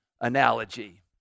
analogy